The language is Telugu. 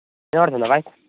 వినపడుతుందా వాయిస్